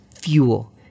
fuel